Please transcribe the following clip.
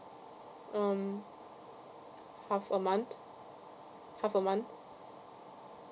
um half a month half a month